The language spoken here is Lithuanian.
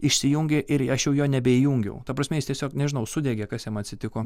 išsijungia ir aš jau jo nebeįjungiau ta prasme jis tiesiog nežinau sudegė kas jam atsitiko